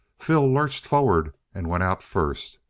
phil lurched forward and went out first.